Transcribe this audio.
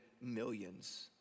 millions